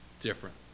different